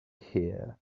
here